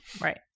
Right